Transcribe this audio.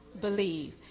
believe